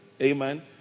Amen